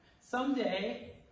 someday